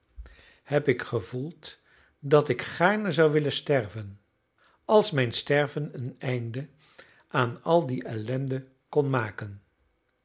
heb ik gevoeld dat ik gaarne zou willen sterven als mijn sterven een einde aan al die ellende kon maken